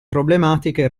problematiche